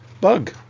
bug